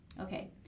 Okay